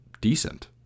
decent